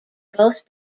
both